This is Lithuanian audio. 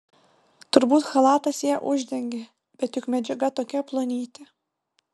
turbūt chalatas ją uždengė bet juk medžiaga tokia plonytė